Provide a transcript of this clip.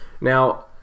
Now